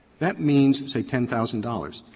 that means, and say ten thousand dollars.